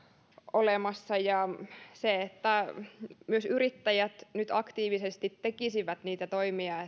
olemassa ja toivon että myös yrittäjät nyt aktiivisesti tekisivät niitä toimia